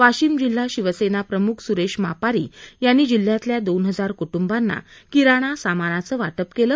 वाशिम जिल्हा शिवसेना प्रमुख सुरेश मापारी यांनी जिल्ह्यातल्या दोन हजार कुटुंबांना किराणा सामानाचे वाटप केले